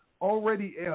already